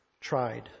Tried